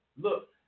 look